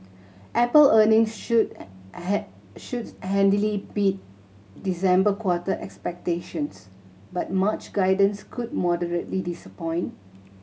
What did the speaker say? Apple earnings should should handily beat December quarter expectations but March guidance could moderately disappoint